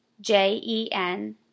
J-E-N